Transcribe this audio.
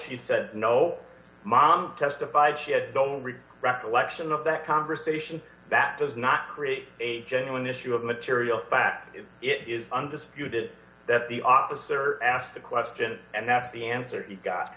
she said no mom testified she had recollection of that conversation that does not create a genuine issue of material fact it is undisputed that the officer asked a question and that's the answer he got